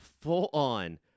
full-on